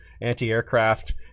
anti-aircraft